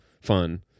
fun